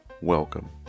welcome